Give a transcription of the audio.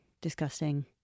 disgusting